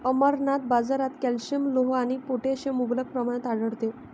अमरनाथ, बाजारात कॅल्शियम, लोह आणि पोटॅशियम मुबलक प्रमाणात आढळते